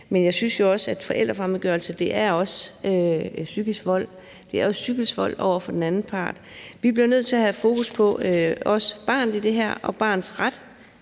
men jeg synes jo også, at forældrefremmedgørelse er psykisk vold. Det er jo psykisk vold over for den anden part. Vi bliver nødt til også at have fokus på barnet i det her og barnets ret